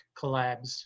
collabs